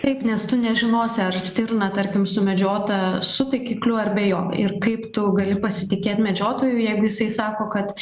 taip nes tu nežinosi ar stirna tarkim sumedžiota su taikikliu ar be jo ir kaip tu gali pasitikėt medžiotoju jeigu jisai sako kad